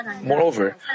Moreover